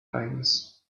kindness